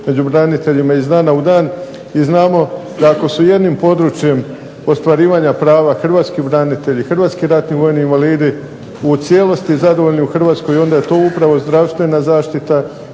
među braniteljima iz dana u dan, i znamo da ako su jednim područjem ostvarivanja prava hrvatski branitelji, hrvatski ratni vojni invalidi u cijelosti zadovoljni u Hrvatskoj onda je to upravo zdravstvena zaštita